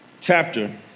chapter